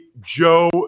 Joe